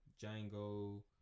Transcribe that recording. Django